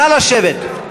נא לשבת.